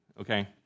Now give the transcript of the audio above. okay